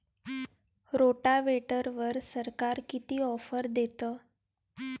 रोटावेटरवर सरकार किती ऑफर देतं?